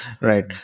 Right